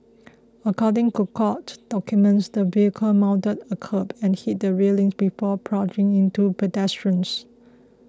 according to court documents the vehicle mounted a kerb and hit the railings before ploughing into pedestrians